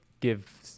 give